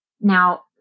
Now